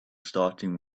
starting